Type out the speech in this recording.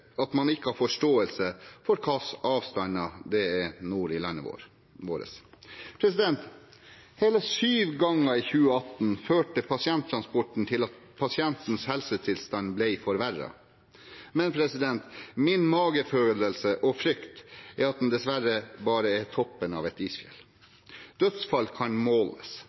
at man ikke har forståelse for de avstandene det er nord i landet vårt. Hele sju ganger i 2018 førte pasienttransporten til at pasientens helsetilstand ble forverret. Min magefølelse og frykt er at det dessverre bare er toppen av et isfjell. Dødsfall kan måles,